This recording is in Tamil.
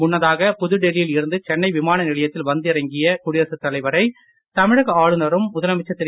முன்னதாக புதுடெல்லியில் இருந்து சென்னை விமான நிலையத்தில் வந்து இறங்கிய குடியரசுத் தலைரை தமிழக ஆளுநரும் முதலமைச்சர் திரு